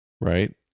right